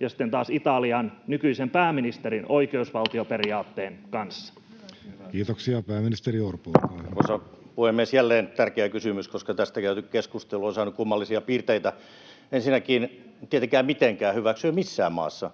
ja sitten taas Italian nykyisen pääministerin oikeusvaltioperiaatteen välillä? Kiitoksia. — Pääministeri Orpo, olkaa hyvä. Arvoisa puhemies! Jälleen tärkeä kysymys, koska tästä käyty keskustelu on saanut kummallisia piirteitä. Ensinnäkin: tietenkään en mitenkään hyväksy missään maassa